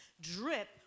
drip